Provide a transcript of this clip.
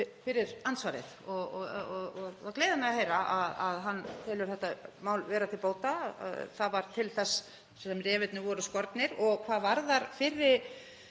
fyrir andsvarið. Það gleður mig að heyra að hann telur þetta mál vera til bóta. Það var til þess sem refirnir voru skornir. Hvað varðar fyrri